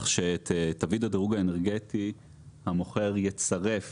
שאת תווית הדירוג האנרגטי המוכר יצרף